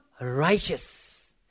righteous